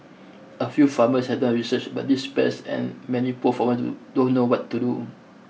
a few farmers have done research about these pests and many poor farmers do don't know what to do